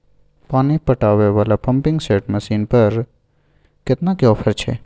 पानी पटावय वाला पंपिंग सेट मसीन पर केतना के ऑफर छैय?